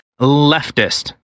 leftist